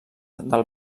del